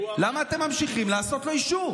למה אתם ממשיכים לעשות לו אישור?